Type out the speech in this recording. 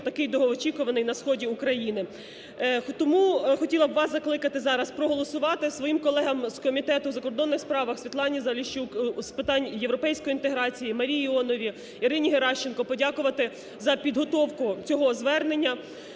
такий довгоочікуваний, на сході України. Тому хотіла б вас закликати зараз проголосувати. Своїм колегам із Комітету у закордонних справах Світлані Заліщук, з питань європейської інтеграції Марії Іоновій, Ірині Геращенко подякувати за підготовку цього Звернення,